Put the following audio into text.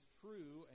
true